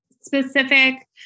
specific